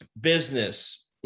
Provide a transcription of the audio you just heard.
business